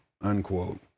unquote